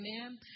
amen